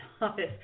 office